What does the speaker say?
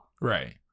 Right